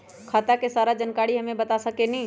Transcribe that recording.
खाता के सारा जानकारी हमे बता सकेनी?